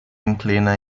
inclina